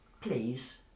please